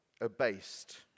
abased